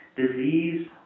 disease